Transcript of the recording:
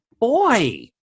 boy